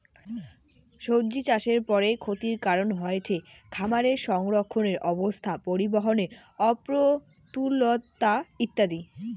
সব্জিচাষের পরের ক্ষতির কারন হয়ঠে খামারে সংরক্ষণের অব্যবস্থা, পরিবহনের অপ্রতুলতা ইত্যাদি